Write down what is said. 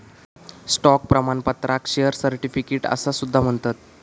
stock प्रमाणपत्राक share certificate असा सुद्धा म्हणतत